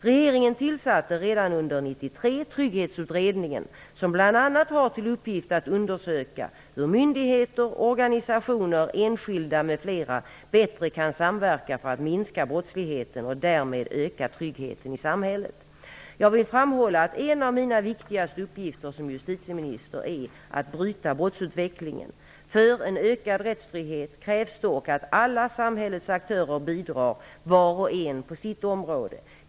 Regeringen tillsatte redan under 1993 Trygghetsutredningen, som bl.a. har till uppgift att undersöka hur myndigheter, organisationer, enskilda m.fl. bättre kan samverka för att minska brottsligheten och därmed öka tryggheten i samhället. Jag vill framhålla att en av mina viktigaste uppgifter som jusititieminister är att bryta brottsutvecklingen. För en ökad rättstrygghet krävs dock att alla samhällets aktörer bidrar, var och en på sitt område.